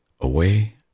away